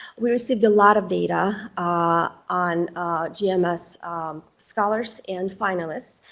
we received a lot of data on gms scholars and finalists.